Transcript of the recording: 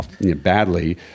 badly